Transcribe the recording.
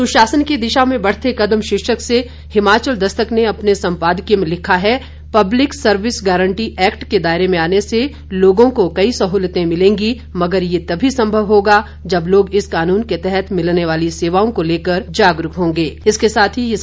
सुशासन की दिशा में बढ़ते कदम शीर्षक से हिमाचल दस्तक ने अपने संपादकीय में लिखा है पब्लिक सर्विस गारंटी एक्ट के दायरे में आने से लोगों को कई सहुलियतें मिलेंगी बशर्ते लोग इस कानून के तहत मिलने वाली सेवाओं को लेकर जागरूक होंगे